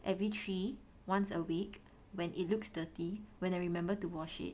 every three once a week when it looks dirty when I remember to wash it